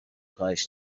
کاهش